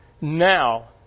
now